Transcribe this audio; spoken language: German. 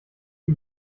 wie